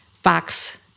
Fox